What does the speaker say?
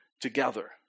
together